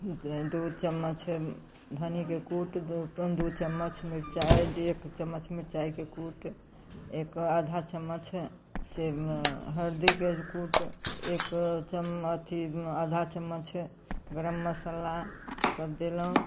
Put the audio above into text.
दू चम्मच धन्नीके कूट दू दू चम्मच मिर्चाइ एक चम्मच मिर्चाइके कूट एक आधा चम्मच से हरदीके कूट एक चम्मच अथी आधा चम्मच गरम मसल्ला सभ देलहुँ